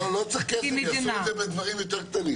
לא צריך כסף, יעשו את זה בדברים יותר קטנים.